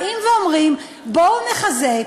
באים ואומרים: בואו נחזק